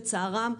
לצערם,